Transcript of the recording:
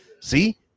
See